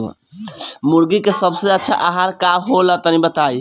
मुर्गी के सबसे अच्छा आहार का होला तनी बताई?